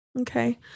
Okay